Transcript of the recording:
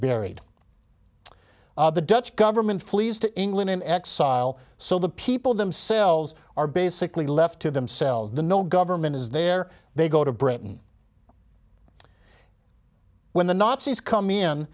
buried the dutch government flees to england in exile so the people themselves are basically left to themselves the no government is there they go to britain when the nazis come in